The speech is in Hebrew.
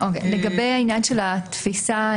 לגבי העניין של התפיסה.